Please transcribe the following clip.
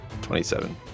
27